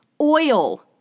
oil